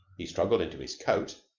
he struggled into his coat,